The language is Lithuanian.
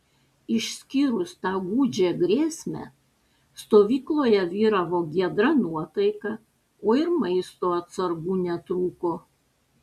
išskyrus tą gūdžią grėsmę stovykloje vyravo giedra nuotaika o ir maisto atsargų netrūko